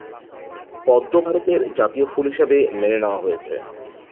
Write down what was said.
পদ্ম ভারতের জাতীয় ফুল হিসাবে মেনে নেওয়া হয়েছে